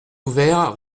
ouvert